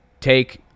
take